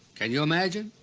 can you imagine?